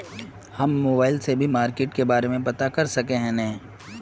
हम मोबाईल से भी मार्केट के बारे में पता कर सके है नय?